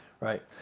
right